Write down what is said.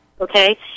okay